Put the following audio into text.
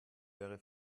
wäre